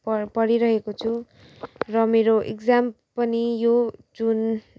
पढ पढिरहेको छु र मेरो एक्जाम पनि यो जुन